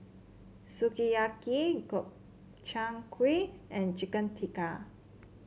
Sukiyaki Gobchang Gui and Chicken Tikka